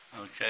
Okay